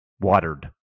watered